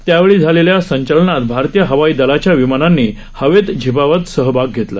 त्यावेळी झालेल्या संचलनात भारतीय हवाई दलाच्या विमानांनी हवेत झेपावत सहभाग घेतला